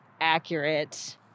accurate